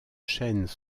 chaînes